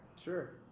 Sure